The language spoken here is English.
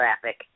traffic